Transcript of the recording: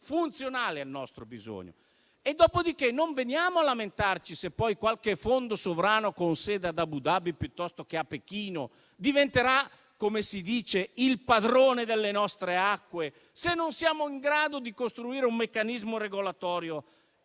funzionali al nostro bisogno. Dopodiché non veniamo a lamentarci se poi qualche fondo sovrano, con sede ad Abu Dhabi piuttosto che a Pechino, diventerà - come si dice - il padrone delle nostre acque, se non siamo in grado di costruire un meccanismo regolatorio